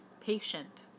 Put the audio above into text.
patient